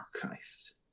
Christ